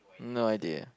no idea